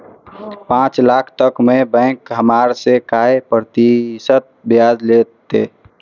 पाँच लाख तक में बैंक हमरा से काय प्रतिशत ब्याज लेते?